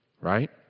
right